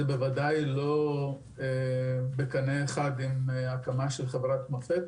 זה בוודאי לא עומד בקנה אחד עם הקמה של חברת מופת.